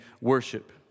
worship